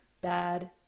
bad